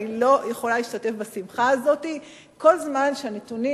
אני לא יכולה להשתתף בשמחה הזאת כל זמן שהנתונים